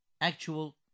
actual